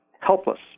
Helpless